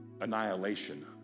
annihilation